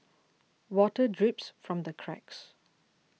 water drips from the cracks